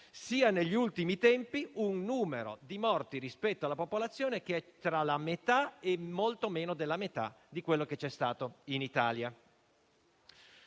sia negli ultimi tempi, un numero di morti rispetto alla popolazione che è tra la metà e molto meno della metà di quello che c'è stato in Italia.